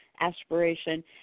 aspiration